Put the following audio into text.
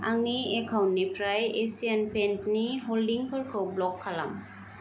आंनि एकाउन्टनिफ्राय एसियान पेन्ट्सनि हलडिंफोरखौ ब्ल'क खालाम